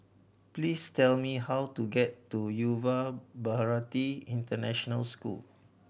please tell me how to get to Yuva Bharati International School